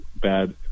bad